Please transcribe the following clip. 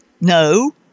No